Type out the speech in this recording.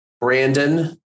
Brandon